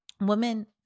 women